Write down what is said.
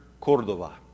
Cordova